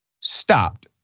stopped